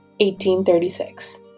1836